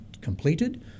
completed